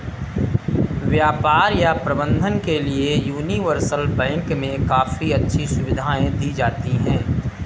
व्यापार या प्रबन्धन के लिये यूनिवर्सल बैंक मे काफी अच्छी सुविधायें दी जाती हैं